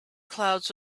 clouds